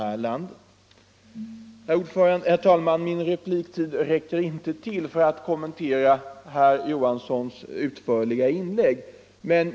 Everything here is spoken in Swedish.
21 Herr talman! Min repliktid räcker inte till för att ytterligare kommentera herr Johanssons utförliga inlägg.